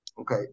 Okay